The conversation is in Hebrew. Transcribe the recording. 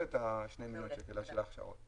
פעולה בנושא בטיחות רוכבי האופנועים והקטנועים.